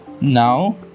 Now